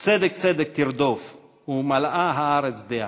צדק צדק תרדוף ומלאה הארץ דעה".